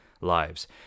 lives